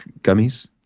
gummies